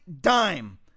dime